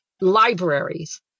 libraries